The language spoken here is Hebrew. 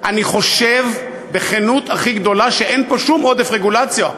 אני חושב בכנות הכי גדולה שאין פה שום עודף רגולציה,